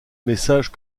message